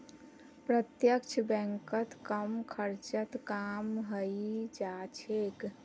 प्रत्यक्ष बैंकत कम खर्चत काम हइ जा छेक